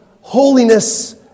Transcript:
holiness